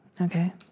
Okay